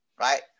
right